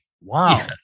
Wow